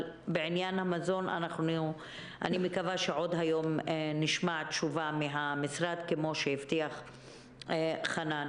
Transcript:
אני מקווה שנשמע עוד היום תשובה בעניין המזון מהמשרד כפי שהבטיח חנן.